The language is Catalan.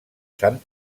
sant